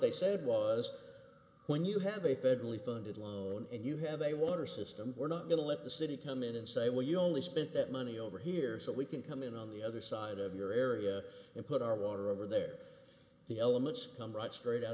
they said was when you have a federally funded loan and you have a water system we're not going to let the city come in and say well you only spent that money over here so we can come in on the other side of your area and put our water over there the elements come right straight out